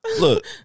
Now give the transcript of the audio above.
Look